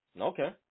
Okay